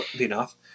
enough